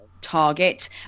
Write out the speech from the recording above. target